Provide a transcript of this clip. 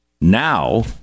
Now